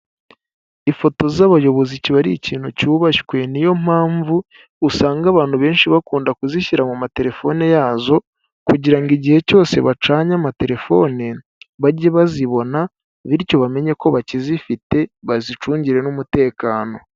Ifoto z'abayobozi kiba ari ikintu cyubashywe niyo mpamvu usanga abantu benshi bakunda kuzishyira mu matelefone yazo kugira ngo igihe cyose bacanye amatelefone bajye bazibona, bityo bamenye ko bakizifite bazicungire n'umutekano.